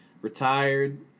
retired